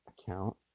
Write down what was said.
account